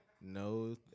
No